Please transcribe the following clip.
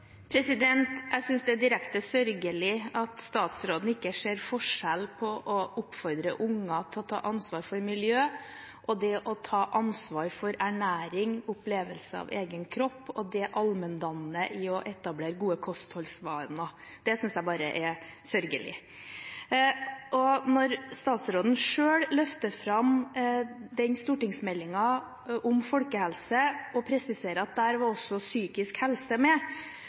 Jeg synes det er direkte sørgelig at statsråden ikke ser forskjell på å oppfordre unger til å ta ansvar for miljøet og det å ta ansvar for ernæring, opplevelse av egen kropp og det allmenndannende i å etablere gode kostholdsvaner. Det synes jeg bare er sørgelig. Når statsråden selv løfter fram stortingsmeldingen om folkehelse og presiserer at der var også psykisk helse med,